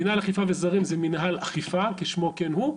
מנהל אכיפה וזרים, זה מנהל אכיפה-כשמו כן הוא.